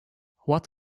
what